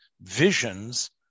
visions